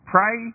Pray